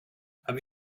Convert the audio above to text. have